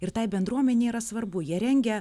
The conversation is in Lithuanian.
ir tai bendruomenei yra svarbu jie rengia